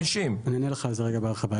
250,000. אני אענה לך על זה רגע בהרחבה.